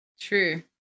true